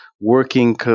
working